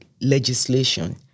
legislation